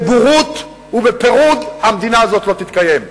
בבורות ובפירוד המדינה הזאת לא תתקיים,